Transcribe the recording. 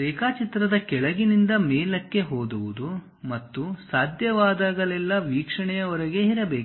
ರೇಖಾಚಿತ್ರದ ಕೆಳಗಿನಿಂದ ಮೇಲಕ್ಕೆ ಓದುವುದು ಮತ್ತು ಸಾಧ್ಯವಾದಾಗಲೆಲ್ಲಾ ವೀಕ್ಷಣೆಯ ಹೊರಗೆ ಇರಬೇಕು